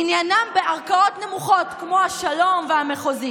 עניינם בערכאות נמוכות כמו השלום והמחוזי.